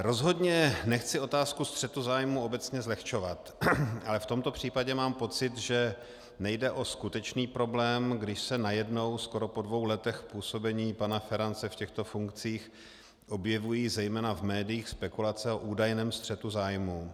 Rozhodně nechci otázku střetu zájmů obecně zlehčovat, ale v tomto případě mám pocit, že nejde o skutečný problém, když se najednou, skoro po dvou letech působení pana Ferance v těchto funkcích, objevují zejména v médiích spekulace o údajném střetu zájmů.